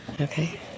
Okay